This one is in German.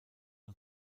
nun